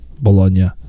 Bologna